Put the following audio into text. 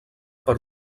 per